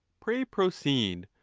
pray proceed,